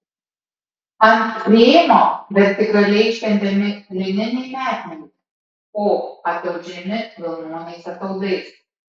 ant rėmo vertikaliai ištempiami lininiai metmenys o ataudžiami vilnoniais ataudais